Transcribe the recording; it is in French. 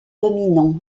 dominants